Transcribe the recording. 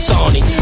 Sony